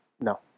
No